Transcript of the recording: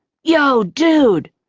yo, dude,